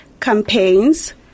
campaigns